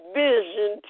vision